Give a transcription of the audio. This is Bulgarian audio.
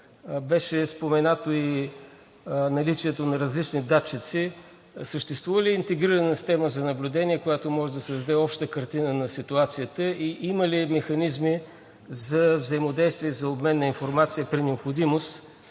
беше споменато и наличието на различни датчици. Съществува ли интегрирана система за наблюдение, която може да създаде обща картина на ситуацията и има ли механизми за взаимодействие за обмен на информация при необходимост